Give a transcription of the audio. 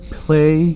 play